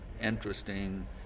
interesting